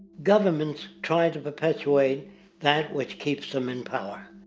goverments try to perpetuate that which keeps them in power.